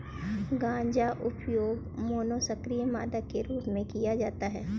गांजा उपयोग मनोसक्रिय मादक के रूप में किया जाता है